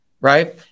right